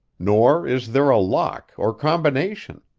nor is there a lock or combination.